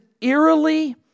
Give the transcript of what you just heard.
eerily